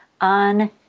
on